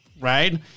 right